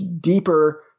deeper